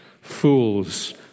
Fools